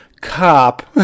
cop